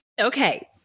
okay